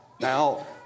now